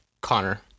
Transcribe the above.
connor